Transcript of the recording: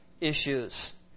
issues